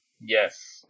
yes